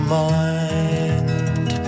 mind